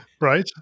Right